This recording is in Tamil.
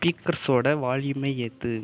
ஸ்பீக்கர்ஸோடய வால்யூமை ஏற்று